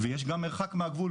ויש גם מרחק מהגבול,